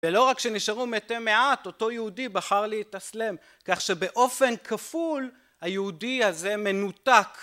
ולא רק שנשארו מתי מעט, אותו יהודי בחר להתאסלם כך שבאופן כפול היהודי הזה מנותק